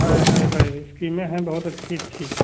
है है है स्कीमें हैं बहुत अच्छी अच्छी